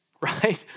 right